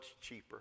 cheaper